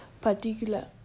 particular